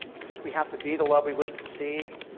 since we have to be the love we wish to see,